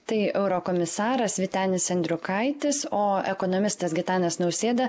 tai eurokomisaras vytenis andriukaitis o ekonomistas gitanas nausėda